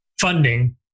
funding